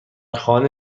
خانه